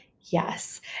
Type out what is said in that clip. Yes